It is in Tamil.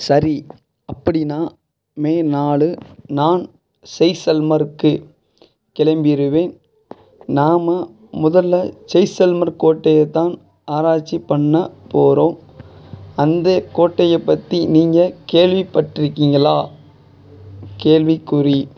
சரி அப்படின்னால் மே நாலு நான் ஜெய்சல்மருக்கு கிளம்பிடுவேன் நாம் முதலில் ஜெய்சல்மர் கோட்டையைதான் ஆராய்ச்சி பண்ண போகிறோம் அந்த கோட்டையை பற்றி நீங்கள் கேள்விப்பட்டிருக்கீங்களா கேள்விக்குறி